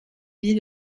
vis